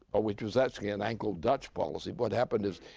or which was actually an anglo-dutch policy what happened is,